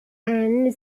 and